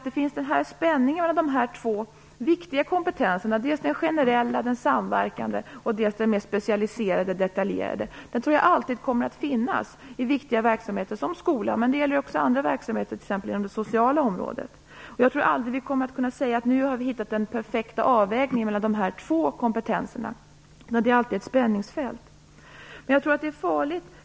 Det finns spänningar mellan dessa två viktiga kompetenser, dels den generella, samverkande, dels den mer specialiserade, detaljerade. Jag tror att det alltid kommer finnas spänningar i viktiga verksamheter som skola, och det gäller även andra verksamheter inom t.ex. det sociala området. Jag tror aldrig att vi kommer att kunna säga att vi nu hittat den perfekta avvägningen mellan dessa två kompetenser, utan det finns alltid ett spänningsfält.